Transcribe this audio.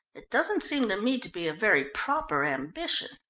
it doesn't seem to me to be a very proper ambition.